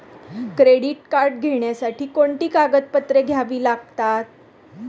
Credit card घेण्यासाठी कोणती कागदपत्रे घ्यावी लागतात?